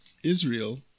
Israel